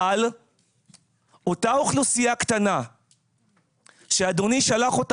אבל אותה אוכלוסייה קטנה שאדוני שלח אותה